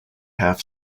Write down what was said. half